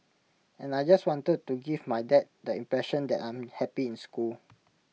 and I just wanted to give my dad the impression that I'm happy in school